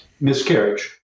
Miscarriage